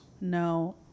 No